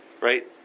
right